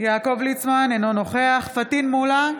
יעקב ליצמן, אינו נוכח פטין מולא,